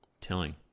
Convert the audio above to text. telling